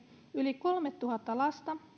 yli kolmetuhatta lasta